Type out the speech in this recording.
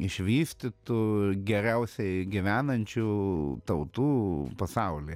išvystytų geriausiai gyvenančių tautų pasauly